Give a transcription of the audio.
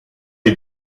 est